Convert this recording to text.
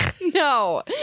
No